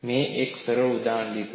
મેં એક સરળ ઉદાહરણ લીધું છે